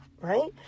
right